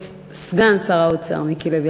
סגן שר האוצר מיקי לוי,